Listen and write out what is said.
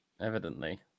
Evidently